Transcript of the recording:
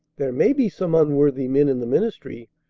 there may be some unworthy men in the ministry.